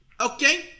Okay